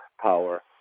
power